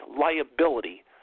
liability